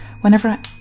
Whenever